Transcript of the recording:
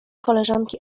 koleżanki